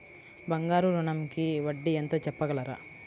బంగారు ఋణంకి వడ్డీ ఎంతో చెప్పగలరా?